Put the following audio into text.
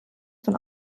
von